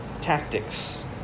tactics